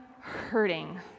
hurting